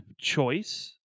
choice